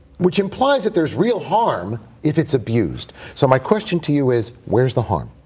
which implies that there's real harm if it's abused. so my question to you is, where's the harm?